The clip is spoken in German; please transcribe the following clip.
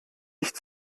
nicht